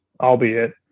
albeit